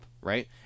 right